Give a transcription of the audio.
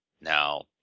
Now